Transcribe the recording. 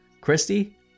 christy